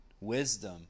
wisdom